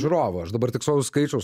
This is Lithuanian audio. žiūrovų aš dabar tikslaus skaičiaus